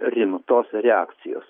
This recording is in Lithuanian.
rimtos reakcijos